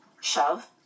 shove